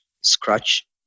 Scratch